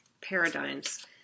paradigms